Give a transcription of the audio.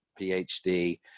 PhD